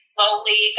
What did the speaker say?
slowly